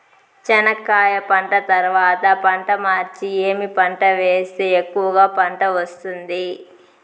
చెనక్కాయ పంట తర్వాత పంట మార్చి ఏమి పంట వేస్తే ఎక్కువగా పంట వస్తుంది?